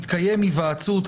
תתקיים היוועצות,